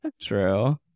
True